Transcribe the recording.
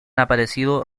aparecido